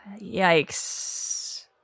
Yikes